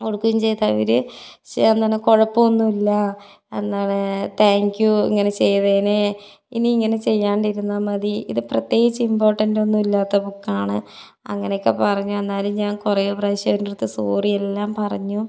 കൊടുക്കുകയും ചെയ്തവർ ശ്ശേ അതിന് കുഴപ്പമൊന്നുമില്ലാ എന്താണ് താങ്ക് യൂ ഇങ്ങനെ ചെയ്തതിന് ഇനി ഇങ്ങനെ ചെയ്യാണ്ടിരുന്നാൽ മതി ഇത് പ്രത്യേകിച്ച് ഇംപോർട്ടന്റ് ഒന്നും ഇല്ലാത്ത ബുക്കാണ് അങ്ങനെയൊക്കെ പറഞ്ഞു എന്നാലും ഞാൻ കുറേ പ്രാവശ്യം അവരുടെ അടുത്ത് സോറിയൊല്ലാം പറഞ്ഞു